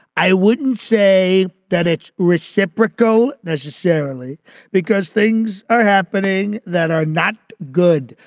i wouldn't say that it's reciprocal necessarily because things are happening that are not good.